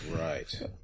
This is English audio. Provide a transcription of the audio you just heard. right